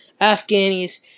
Afghanis